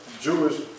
Jewish